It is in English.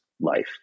life